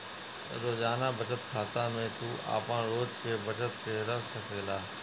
रोजाना बचत खाता में तू आपन रोज के बचत के रख सकेला